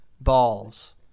balls